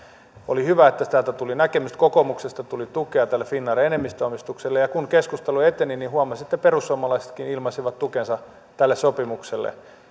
oli hyvä että täältä tuli näkemystä kokoomuksesta tuli tukea tälle finnairin enemmistöomistukselle ja kun keskustelu eteni niin huomasi että perussuomalaisetkin ilmaisivat tukensa tälle sopimukselle